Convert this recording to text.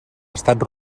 estat